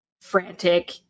frantic